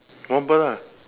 one bird lah